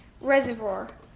reservoir